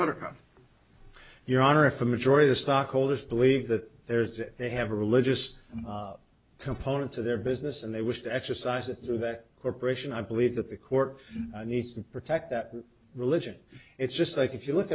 hundred your honor if a majority of stockholders believe that there's if they have a religious component to their business and they wish to exercise it through that corporation i believe that the court needs to protect that religion it's just like if you look